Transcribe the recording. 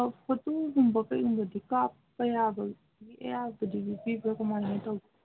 ꯐꯣꯇꯣꯒꯨꯝꯕ ꯀꯩꯒꯨꯝꯕꯗꯤ ꯀꯥꯞꯄ ꯌꯥꯕꯒꯤ ꯑꯌꯥꯕꯗꯤ ꯄꯤꯕ꯭ꯔꯥ ꯀꯃꯥꯏꯅ ꯇꯧꯒꯦ